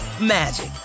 magic